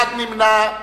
אחד נמנע.